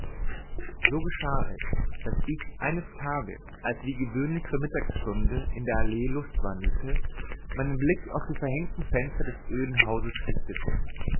so geschah es daß ich eines tages als ich wie gewöhnlich zur mittagsstunde in der allee lustwandelte meinen blick auf die verhängten fenster des öden hauses richtete